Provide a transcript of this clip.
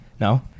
No